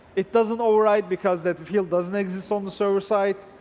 it doesn't overwrite because the field doesn't exist on the server side.